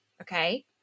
Okay